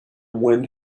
wind